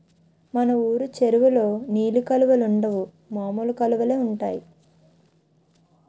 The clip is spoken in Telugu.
మన వూరు చెరువులో నీలి కలువలుండవు మామూలు కలువలే ఉంటాయి